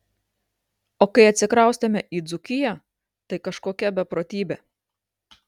o kai atsikraustėme į dzūkiją tai kažkokia beprotybė